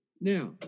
Now